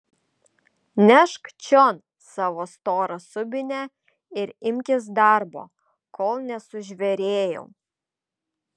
nešk čion savo storą subinę ir imkis darbo kol nesužvėrėjau